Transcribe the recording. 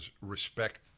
respect